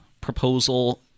proposal